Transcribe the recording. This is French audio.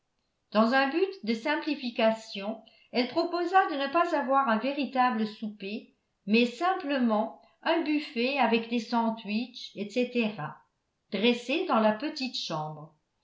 dans un but de simplification elle proposa de ne pas avoir un véritable souper mais simplement un buffet avec des sandwiches etc dressé dans la petite chambre